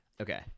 Okay